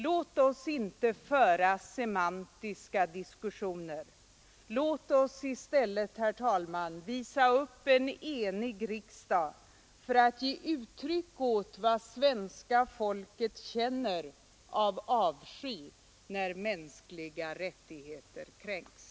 Låt oss inte föra diskussioner om det stilistiska — låt oss i stället visa upp en enig riksdag för att ge uttryck åt vad svenska folket känner av avsky när mänskliga rättigheter kränks.